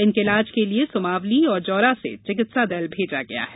इनके इलाज के लिए सुमावली और जौरा से चिकित्सा दल भेजा गया है